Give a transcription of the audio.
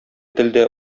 телдә